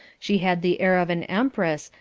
she had the air of an empress,